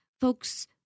folks